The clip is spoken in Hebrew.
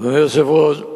אדוני היושב-ראש,